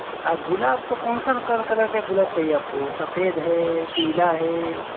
हाँ गुलाब को कौन सा कलर का गुलाब चाहिए आप को सफ़ेद है पीला है